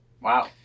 wow